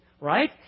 Right